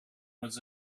was